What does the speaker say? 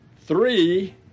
three